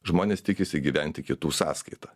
žmonės tikisi gyventi kitų sąskaita